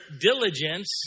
diligence